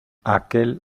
aquel